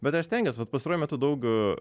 bet aš stengiuosi vat pastaruoju metu daug